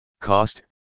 Cost